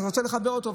אתה רוצה לחבר אותו,